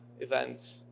events